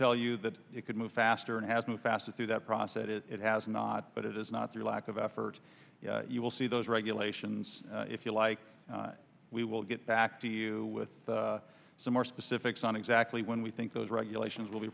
tell you that it could move faster and has moved faster through that process it has not but it is not through lack of effort you will see those regulations if you like we will get back to you with some more specifics on exactly when we think those regulations will be